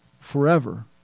forever